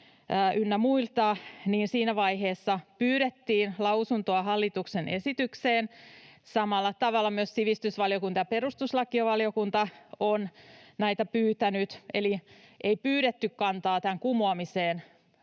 ynnä muilta, niin siinä vaiheessa pyydettiin lausuntoa hallituksen esitykseen. Samalla tavalla myös sivistysvaliokunta ja perustuslakivaliokunta on näitä pyytänyt. Eli ei pyydetty kantaa tämän pykälän kumoamiseen,